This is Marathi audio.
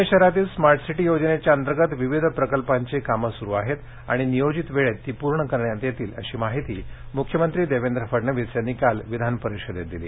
प्णे शहरातील स्मार्ट सिटी योजनेच्या अंतर्गत विविध प्रकल्पांची कामं सुरू आहेत आणि नियोजित वेळेत ती पूर्ण करण्यात येतील अशी माहिती मुख्यमंत्री देवेंद्र फडणवीस यांनी काल विधानपरिषदेत दिली